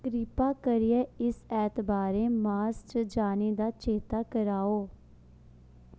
किरपा करियै इस ऐतबारें मॉस च जाने दा चेत्ता कराएओ